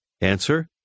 Answer